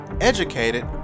educated